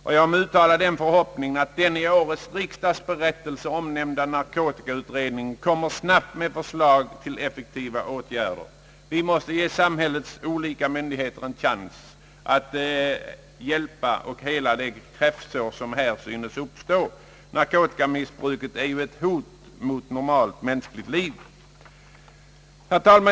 Och jag uttalar förhoppningen att den i årets riksdagsberättelse omnämnda narkotikautredningen snabbt föreslår effektiva åtgärder. Vi måste ge samhällets olika myndigheter en chans att hela det kräftsår som här synes uppstå. Narkotikamissbruket är ju ett hot mot normalt mänskligt liv.